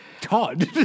Todd